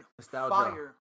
fire